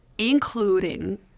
including